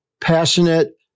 passionate